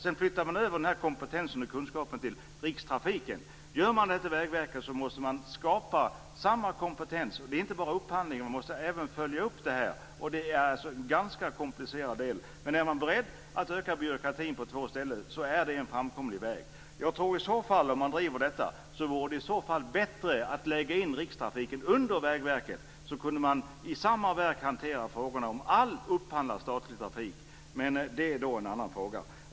Sedan flyttade man över den här kompetensen och kunskapen till Rikstrafiken. Gör man det nu till Vägverket måste man skapa samma kompetens där. Det är inte bara upphandling. Man måste även följa upp det här, och det är en ganska komplicerad del. Men är man beredd att öka byråkratin på två ställen så är det en framkomlig väg. Jag tror i så fall, om man driver detta, att det vore bättre att lägga in Rikstrafiken under Vägverket. Då kunde man i samma verk hantera frågorna om all upphandlad statlig trafik. Men det är en annan fråga.